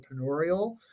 entrepreneurial